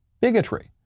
bigotry